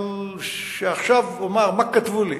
אבל עכשיו אומר מה כתבו לי,